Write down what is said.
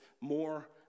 more